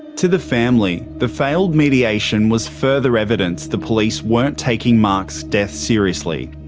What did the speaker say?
to the family, the failed mediation was further evidence the police weren't taking mark's death seriously.